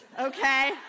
Okay